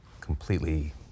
completely